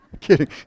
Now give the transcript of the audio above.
kidding